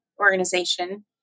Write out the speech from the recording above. organization